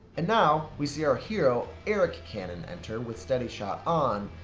and now we see our hero, eric canon enter with steadyshot on.